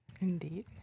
Indeed